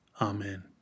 Amen